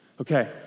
Okay